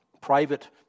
private